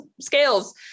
scales